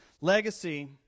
Legacy